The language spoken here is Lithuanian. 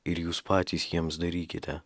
ir jūs patys jiems darykite